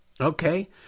okay